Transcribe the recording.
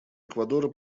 эквадора